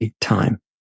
time